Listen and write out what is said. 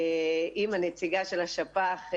עם הנציגה של השפ"ח,